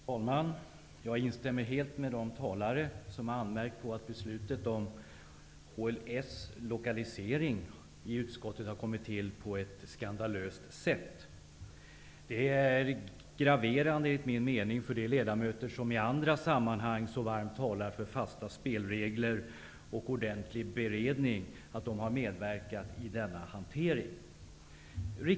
Fru talman! Jag instämmer helt med de talare som anmärkt på det sätt som utskottet tillstyrkt HLS:s lokalisering. Det är skandalöst. Det är enligt min mening graverande för de ledamöter som i andra sammanhang så varmt talar för fasta spelregler och ordentlig beredning att ha medverkat i denna hantering.